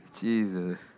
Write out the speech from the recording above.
Jesus